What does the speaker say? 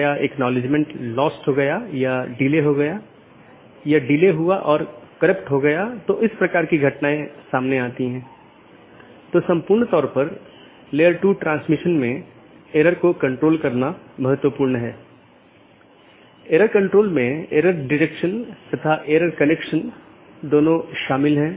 यह एक चिन्हित राउटर हैं जो ऑटॉनमस सिस्टमों की पूरी जानकारी रखते हैं और इसका मतलब यह नहीं है कि इस क्षेत्र का सारा ट्रैफिक इस क्षेत्र बॉर्डर राउटर से गुजरना चाहिए लेकिन इसका मतलब है कि इसके पास संपूर्ण ऑटॉनमस सिस्टमों के बारे में जानकारी है